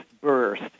burst